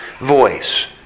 voice